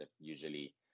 usually